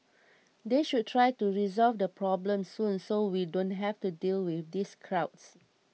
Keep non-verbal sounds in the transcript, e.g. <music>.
<noise> they should try to resolve the problem soon so we don't have to deal with these crowds